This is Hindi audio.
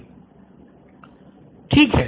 स्टूडेंट 1 ठीक है